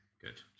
good